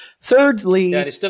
Thirdly